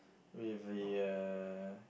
with the uh